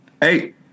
hey